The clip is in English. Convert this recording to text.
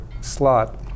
slot